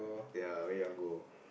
ya where you want go